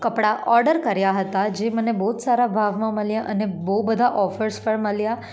કપડાં ઓર્ડર કર્યાં હતાં જે મને બહુ જ સારા ભાવમાં મળ્યાં અને બહુ બધા ઓફર્સ પણ મળ્યાં